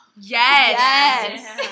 yes